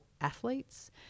athletes